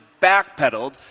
backpedaled